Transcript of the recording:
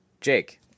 Jake